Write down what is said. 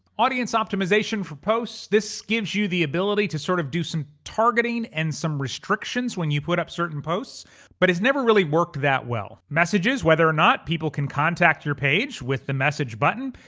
audience optimization for posts. this gives you the ability to sort of do some targeting and some restrictions when you put up certain posts but it's never really worked that well. messages, whether or not people can contact your page with the message button.